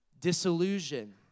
Disillusion